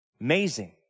Amazing